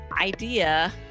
idea